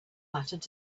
mattered